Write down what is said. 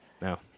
No